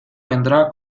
vendrá